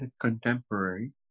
contemporary